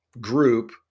group